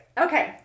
Okay